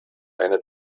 eine